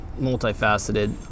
multifaceted